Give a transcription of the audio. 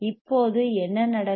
இப்போது என்ன நடக்கும்